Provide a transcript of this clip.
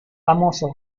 famoso